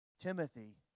Timothy